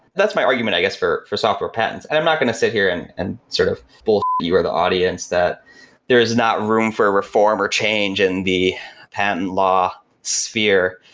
that's my argument, i guess, for for software patents and i'm not going to sit here and and sort of bullshit you or the audience that there's not room for a reform, or change in and the patent law sphere.